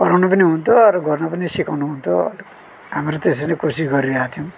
कराउनु पनि हुन्थ्यो अरू गर्न पनि सिकाउनु हुन्थ्यो हाम्रो त्यसरी नै कोसिस गरिरहे थियौँ